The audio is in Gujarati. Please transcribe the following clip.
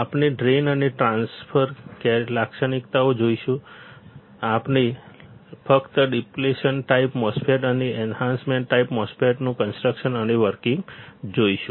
આપણે ડ્રેઇન અને ટ્રાન્સફર લાક્ષણિકતાઓ જોઈશું આપણે ફક્ત ડીપ્લેશન ટાઈપ MOSFET અને એન્હાન્સમેન્ટ ટાઈપનું કન્સ્ટ્રકશન અને વર્કિંગ જોઈશું